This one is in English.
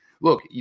Look